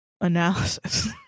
analysis